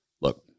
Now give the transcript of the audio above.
Look